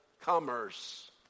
commerce